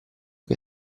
che